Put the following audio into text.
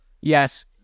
Yes